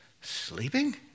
sleeping